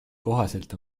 kohaselt